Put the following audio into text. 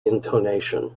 intonation